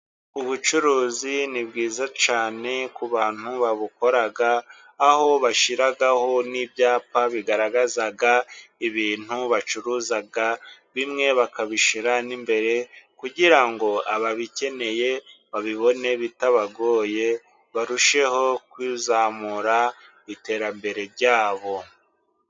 Ubucuruzi ni bwiza cyane, ku bantu babukora, aho bashyiraho n'ibyapa bigaragaza ibintu bacuruza, bimwe bakabishyira n'imbere kugira ngo ababikeneye babibone bitabagoye, barusheho kuzamura iterambere ryabo.